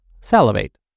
salivate